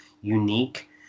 unique